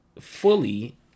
fully